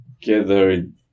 gathered